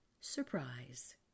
surprise